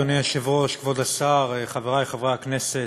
אדוני היושב-ראש, כבוד השר, חברי חברי הכנסת,